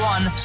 One